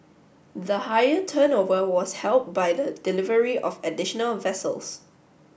the higher turnover was helped by the delivery of additional vessels